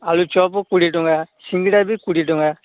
ଆଳୁ ଚପ୍ କୋଡ଼ିଏ ଟଙ୍କା ସିଙ୍ଗଡ଼ା ବି କୋଡ଼ିଏ ଟଙ୍କା